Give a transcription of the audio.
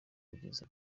kugeza